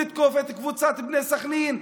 לתקוף את קבוצת בני סח'נין,